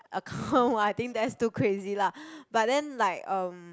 account ah I think that's too crazy lah but then like um